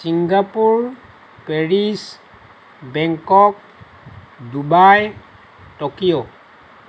Singapore Paris Bangkok Dubai Tokyo